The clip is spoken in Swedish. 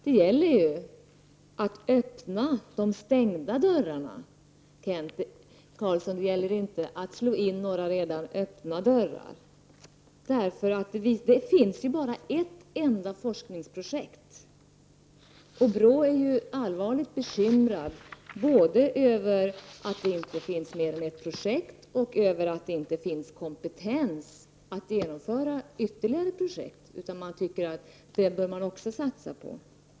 Det gäller ju att öppna de stängda dörrarna och inte att slå in några redan öppna, Kent Carlsson. Det finns faktiskt bara ett enda forskningsprojekt. BRÅ är allvarligt bekymrat både över att det inte finns mer än ett projekt och över att det inte finns kompetens att genomföra ytterligare projekt, som rådet anser att man också bör satsa på.